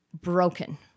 broken